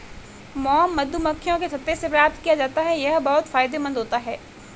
mom मधुमक्खियों के छत्ते से प्राप्त किया जाता है यह बहुत फायदेमंद होता है